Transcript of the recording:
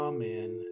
Amen